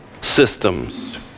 systems